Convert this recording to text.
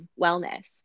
wellness